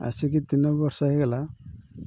ଆସିକି ତିନି ବର୍ଷ ହୋଇଗଲା